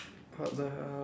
what the hell